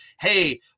hey